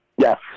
Yes